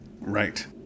Right